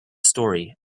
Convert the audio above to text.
story